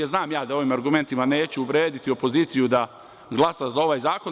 Znam da ovim argumentima neću ubediti opoziciju da glasa za ovaj zakon.